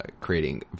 creating